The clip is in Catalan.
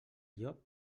llop